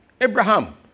Abraham